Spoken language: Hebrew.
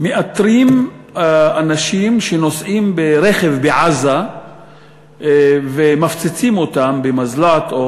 מאתרים אנשים שנוסעים ברכב בעזה ומפציצים אותם במזל"ט או